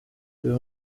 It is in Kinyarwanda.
uyu